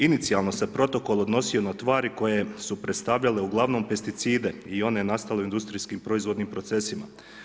Inicijalno se protokol odnosio na tvari koje su predstavljale uglavnom pesticide i one nastale u industrijskim proizvodnim procesima.